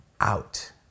out